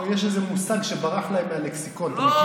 יש איזה מושג שברח להם מהלקסיקון, אתה מבין?